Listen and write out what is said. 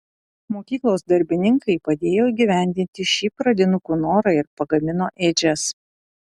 mokyklos darbininkai padėjo įgyvendinti šį pradinukų norą ir pagamino ėdžias